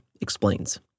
explains